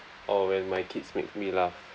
or when my kids makes me laugh